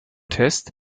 test